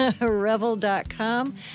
revel.com